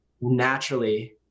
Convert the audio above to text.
naturally